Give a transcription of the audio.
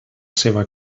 seva